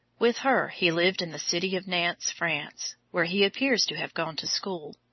with her he lived in the city of nantes, france, where he appears to have gone to school.